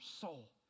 soul